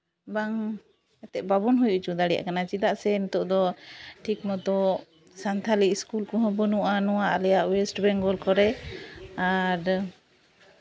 ᱵᱟᱝ ᱮᱱᱛᱮᱫ ᱵᱟᱵᱚᱱ ᱦᱩᱭ ᱦᱚᱪᱚ ᱫᱟᱲᱮᱭᱟᱜ ᱠᱟᱱᱟ ᱪᱮᱫᱟᱜ ᱥᱮ ᱱᱤᱛᱚᱜ ᱫᱚ ᱴᱷᱤᱠ ᱢᱚᱛᱚ ᱥᱟᱱᱛᱷᱟᱞᱤ ᱤᱥᱠᱩᱞ ᱠᱚᱦᱚᱸ ᱵᱟᱹᱱᱩᱜᱼᱟ ᱱᱚᱣᱟ ᱟᱞᱮᱭᱟᱜ ᱳᱭᱮᱥᱴ ᱵᱮᱝᱜᱚᱞ ᱠᱚᱨᱮ ᱟᱨ